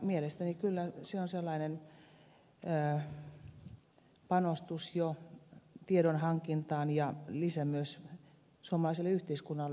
mielestäni kyllä se että täältä suomalaiset lähtevät ulkomaille hakemaan uutta näkökulmaa yhteiskuntaamme on sellainen panostus jo tiedonhankintaan ja lisä myös samaisen yhteiskunnan